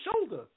shoulder